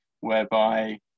whereby